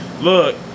look